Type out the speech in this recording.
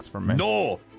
NO